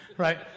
right